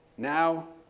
now,